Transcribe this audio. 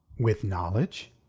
with knowledge?